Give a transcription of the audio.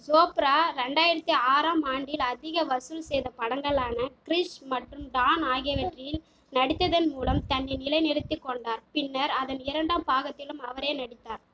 சோப்ரா ரெண்டாயிரத்து ஆறாம் ஆண்டில் அதிக வசூல் செய்த படங்களான க்ரிஷ் மற்றும் டான் ஆகியவற்றில் நடித்ததன் மூலம் தன்னை நிலை நிறுத்திக் கொண்டார் பின்னர் அதன் இரண்டாம் பாகத்திலும் அவரே நடித்தார்